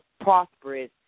prosperous